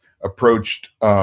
approached